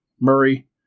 Murray